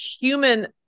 human